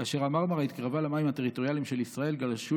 כאשר המרמרה התקרבה למים הטריטוריאליים של ישראל גלשו